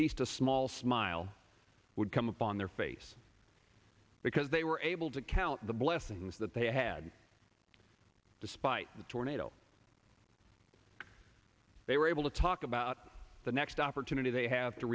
least a small smile would come upon their face because they were able to count the blessings that they had despite the tornado they were able to talk about the next opportunity they have to